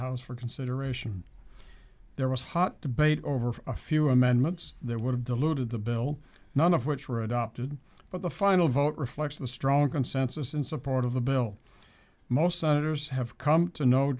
house for consideration there was hot debate over a few amendments that would have diluted the bill none of which were adopted but the final vote reflects the strong consensus in support of the bill most senators have come to know